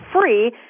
free